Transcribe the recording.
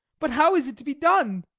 but how is it to be done?